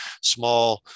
small